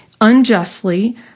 unjustly